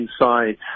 inside